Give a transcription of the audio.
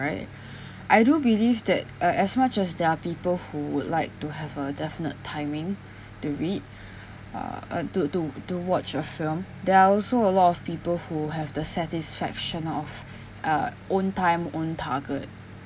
right I do believe that uh as much as there are people who would like to have a definite timing to read uh uh to to to watch a film there are also a lot of people who have the satisfaction of uh own time own target